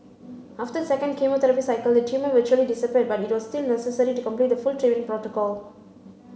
after the second chemotherapy cycle the tumour virtually disappeared but it was still necessary to complete the full treatment protocol